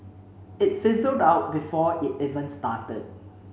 it fizzled out before it even started